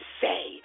say